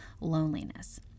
loneliness